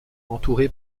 entouré